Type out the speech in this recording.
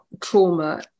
trauma